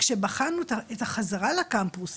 כאשר בחנו את החזרה לקמפוס